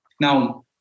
Now